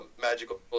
magical